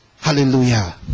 hallelujah